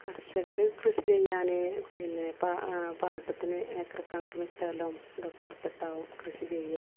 കർഷകർ കൃഷി ചെയ്യാൻ പിന്നെ പ പാട്ടത്തിന് ഏക്കർ കണക്കിന് സ്ഥലവും ഇതൊക്കെ എടുത്തിട്ടാവും കൃഷി ചെയ്യുക